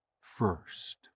first